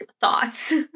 thoughts